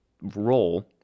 role